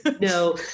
No